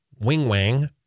wing-wang